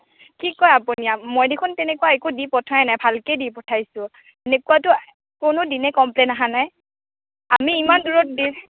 কি কয় আপুনি মই দেখোন তেনেকুৱা একো দি পঠোৱাই নাই ভালকৈ দি পঠাইছোঁ এনেকুৱাতো কোনো দিনেই কম্প্লেইন অহা নাই আমি ইমান দূৰত দিছোঁ